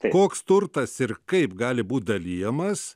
koks turtas ir kaip gali būt dalijamas